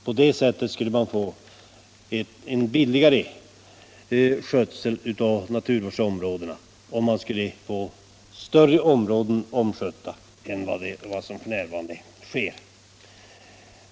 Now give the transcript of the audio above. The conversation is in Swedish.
På det sättet skulle man få en billigare skötsel av naturvårdsområdena och man skulle få större områden omskötta än man får f.n.